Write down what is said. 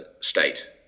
state